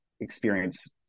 experience